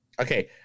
Okay